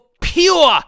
pure